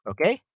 okay